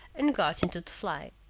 and got into the fly.